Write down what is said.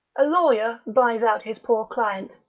a lawyer buys out his poor client,